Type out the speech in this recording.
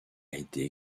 été